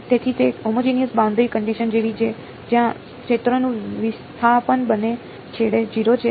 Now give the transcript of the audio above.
તેથી તે homogeneous boundary condition જેવી છે જ્યાં ક્ષેત્રનું વિસ્થાપન બંને છેડે 0 છે